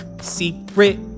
Secret